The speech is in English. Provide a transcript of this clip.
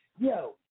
Yo